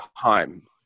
time